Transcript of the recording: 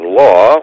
law